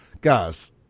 Guys